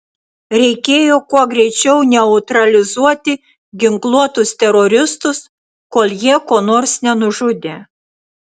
reikėjo kuo greičiau neutralizuoti ginkluotus teroristus kol jie ko nors nenužudė